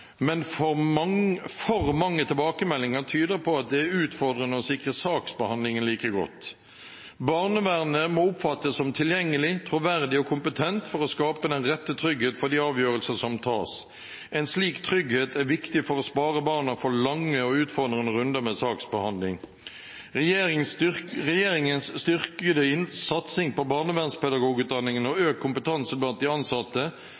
men for mange tilbakemeldinger tyder på at det er utfordrende å sikre saksbehandlingen like godt. Barnevernet må oppfattes som tilgjengelig, troverdig og kompetent for å skape den rette trygghet for de avgjørelser som tas. En slik trygghet er viktig for å spare barna for lange og utfordrende runder med saksbehandling. Regjeringens styrkede satsing på barnevernspedagogutdanningen og økt kompetanse blant de ansatte